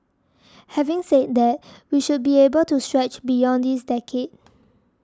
having said that we should be able to stretch beyond this decade